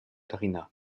drina